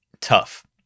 tough